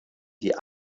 die